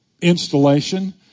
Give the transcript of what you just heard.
installation